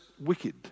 wicked